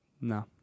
No